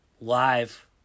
live